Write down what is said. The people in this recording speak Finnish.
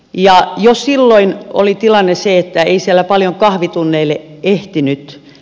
jo silloin oli tilanne se että ei siellä paljon kahvitunneille ehtinyt